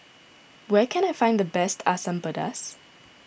where can I find the best Asam Pedas